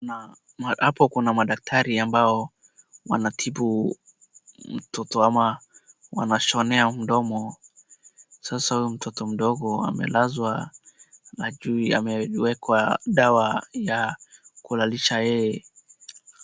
Hapa kuna madaktari ambao wanatibu mtoto ama wanashonea mdomo. Sasa huyu mtoto mdogo amelzwa na juu amewekwa dawa ya kulalisha yeye.